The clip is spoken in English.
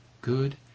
good